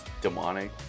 demonic